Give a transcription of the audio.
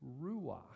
ruach